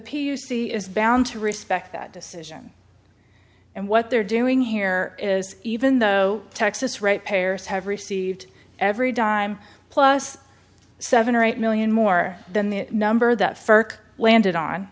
c is bound to respect that decision and what they're doing here is even though texas right payers have received every dime plus seven or eight million more than the number that first landed on